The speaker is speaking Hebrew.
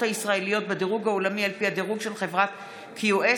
הישראליות בדירוג העולמי על פי הדירוג של חברת QS,